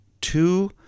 two